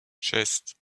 шесть